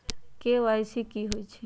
KYC कि होई छई?